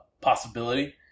possibility